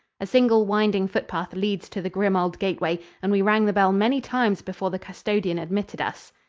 a single winding footpath leads to the grim old gateway, and we rang the bell many times before the custodian admitted us.